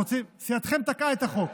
סיעתכם תקעה את החוק.